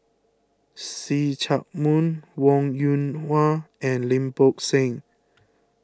See Chak Mun Wong Yoon Wah and Lim Bo Seng